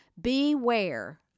Beware